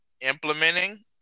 implementing